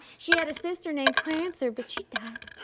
she had a sister named prancer, but she died.